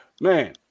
man